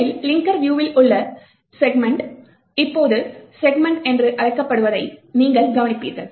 முதலில் லிங்கர் வியூவில் உள்ள செக்க்ஷன்ஸ் இப்போது செக்மென்ட்ஸ் என்று அழைக்கப்படுவதை நீங்கள் கவனிப்பீர்கள்